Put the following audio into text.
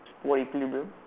what equilibrium